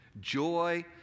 Joy